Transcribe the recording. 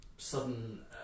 Sudden